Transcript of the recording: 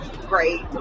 great